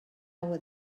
over